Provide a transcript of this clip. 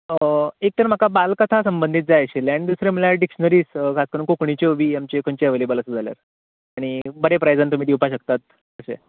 एक तर म्हाका बाल कथा संबंदीत जाय आशिल्लें आनी दुसरें म्हळ्यार डिशनरीज जातूंत कोंकणीच्यो बीन खंयच्यो अवॅलेबल आसा जाल्यार आनी बरे प्रायजान तुमी दिवपाक शकतात अशे